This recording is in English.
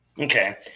Okay